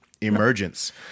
emergence